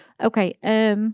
Okay